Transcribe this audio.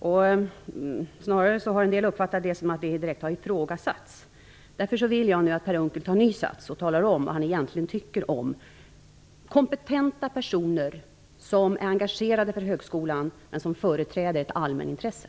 En del har snarare uppfattat det som att det har ifrågasatts. Därför vill jag att Per Unckel nu tar ny sats och talar om vad han egentligen tycker om kompetenta personer som är engagerade i högskolan men som företräder ett allmänintresse.